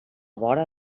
vora